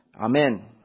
Amen